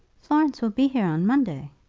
florence will be here on monday.